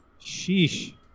sheesh